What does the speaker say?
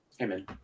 Amen